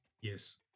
Yes